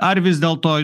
ar vis dėlto